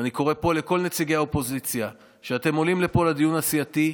ואני קורא פה לכל נציגי האופוזיציה: כשאתם עולים לפה לדיון הסיעתי,